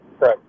Right